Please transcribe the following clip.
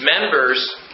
members